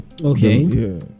Okay